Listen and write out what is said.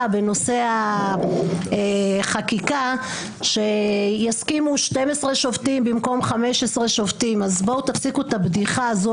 בנושא החקיקה שיסכימו 12 שופטים במקום 15. תפסיקו את הבדיחה הזאת.